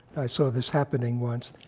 i saw this happening once.